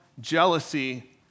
jealousy